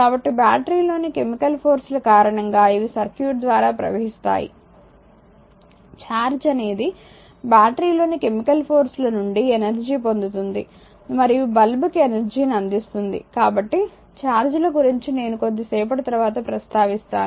కాబట్టి బ్యాటరీలోని కెమికల్ ఫోర్సుల కారణంగా ఇవి సర్క్యూట్ ద్వారా ప్రవహిస్తాయి ఛార్జ్ అనేది బ్యాటరీలోని కెమికల్ ఫోర్సుల నుండి ఎనర్జీ ని పొందుతుంది మరియు బల్బ్ కి ఎనర్జీ ని అందిస్తుంది కాబట్టి ఛార్జ్ ల గురించి నేను కొద్ది సేపటి తరువాత ప్రస్తావిస్తాను